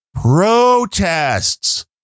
protests